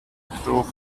through